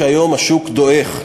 והיום השוק דועך.